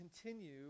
continue